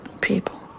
people